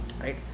Right